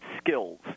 skills